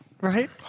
Right